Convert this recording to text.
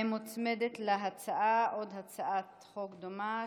מוצמדת להצעה עוד הצעת חוק דומה,